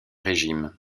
régime